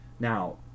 Now